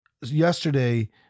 yesterday